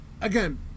again